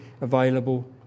available